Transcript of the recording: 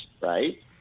right